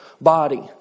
body